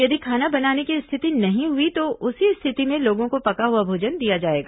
यदि खाना बनाने की स्थिति नहीं हुई तो उसी स्थिति में लोगों को पका हआ भोजन दिया जाएगा